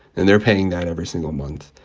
and they're paying that every single month.